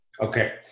Okay